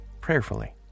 prayerfully